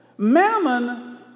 Mammon